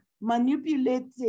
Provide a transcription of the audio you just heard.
manipulated